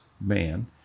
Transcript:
man